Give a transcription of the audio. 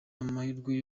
amahirwe